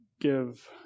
give